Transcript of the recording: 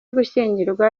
gushyingiranwa